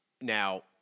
Now